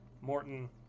Morton